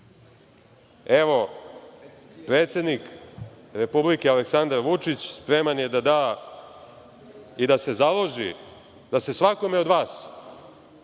evo predsednik Republike Aleksandar Vučić spreman je da da i da se založi da se svakome od vas